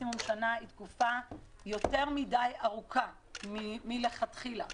מקסימום היא תקופה יותר מדי ארוכה מלכתחילה